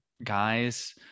guys